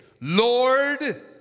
Lord